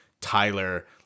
Tyler